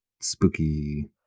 spooky